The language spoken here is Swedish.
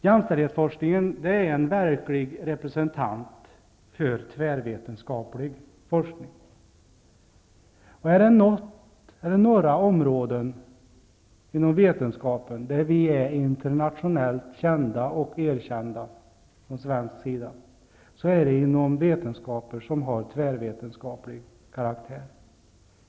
Jämställdhetsforskningen är en verklig representant för tvärvetenskaplig forskning. Är det några områden inom vetenskapen där vi i Sverige är internationellt kända och erkända är det inom vetenskaper som har tvärvetenskaplig karaktär.